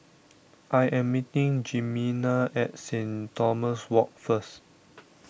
I am meeting Jimena at Saint Thomas Walk first